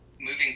moving